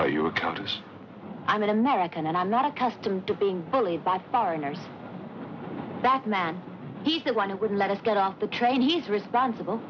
are you a countess i'm an american and i'm not accustomed to being bullied by foreigners that man he's the one who would let us get off the train he's responsible